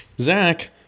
Zach